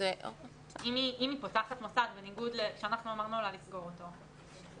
אם היא פותחת מוסד כשאנחנו אמרנו לה לסגור אותו.